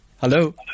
hello